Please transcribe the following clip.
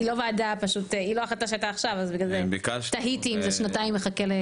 היא לא החלטה שהייתה עכשיו אז בגלל זה תהיתי אם זה שנתיים מחכה.